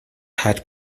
had